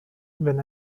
wenn